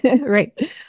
Right